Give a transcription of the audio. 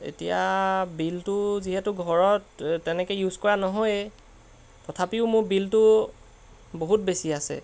এতিয়া বিলটো যিহেতু ঘৰত তেনেকৈ ইউজ কৰা নহয়েই তথাপিও মোৰ বিলটো বহুত বেছি আছে